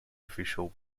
official